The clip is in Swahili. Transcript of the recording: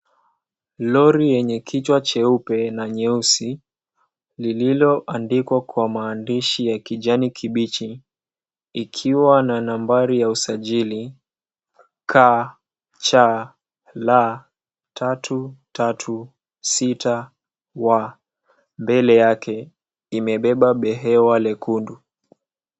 Lori yenye kichwa cheupe na nyeusi lililoandikwa kwa maandishi ya kijani kibichi ikiwa na nambari ya usajili, KCL 336W mbele yake limebeba behewa lekundu.